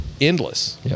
endless